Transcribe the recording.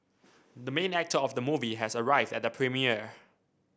the main actor of the movie has arrived at the premiere